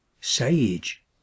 sage